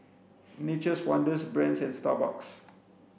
Nature's Wonders Brand's and Starbucks